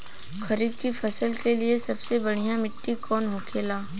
खरीफ की फसल के लिए सबसे बढ़ियां मिट्टी कवन होखेला?